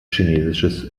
chinesisches